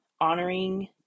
honoring